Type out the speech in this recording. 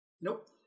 Nope